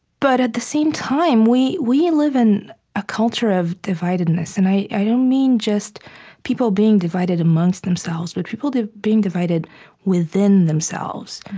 but at the same time, we we live in a culture of dividedness. and i i don't mean just people being divided amongst themselves, but people being divided within themselves.